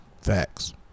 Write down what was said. Facts